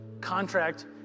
contract